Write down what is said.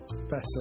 Better